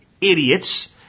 idiots